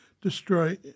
destroy